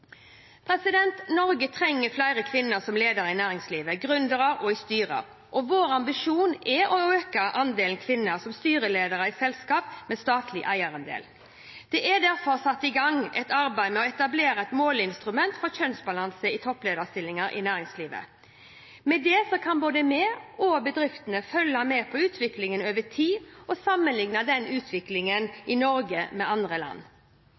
Norge trenger flere kvinner som ledere i næringslivet, som gründere og i styrer. Vår ambisjon er å øke andelen kvinner som styreledere i selskaper med statlig eierandel. Det er derfor satt i gang et arbeid med å etablere et måleinstrument for kjønnsbalanse i topplederstillinger i næringslivet. Med det kan både vi og bedriftene følge med på utviklingen over tid og sammenligne utviklingen i Norge med andre land.